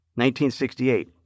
1968